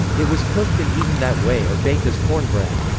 it was cooked and eaten that way or baked as corn bread.